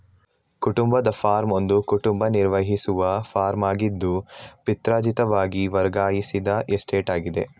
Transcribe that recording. ಕುಟುಂಬದ ಫಾರ್ಮ್ ಒಂದು ಕುಟುಂಬ ನಿರ್ವಹಿಸುವ ಫಾರ್ಮಾಗಿದ್ದು ಪಿತ್ರಾರ್ಜಿತವಾಗಿ ವರ್ಗಾಯಿಸಿದ ಎಸ್ಟೇಟಾಗಿದೆ